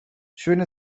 schöne